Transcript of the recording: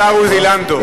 השר עוזי לנדאו.